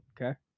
okay